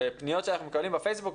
פניות שאנחנו מקבלים בפייסבוק,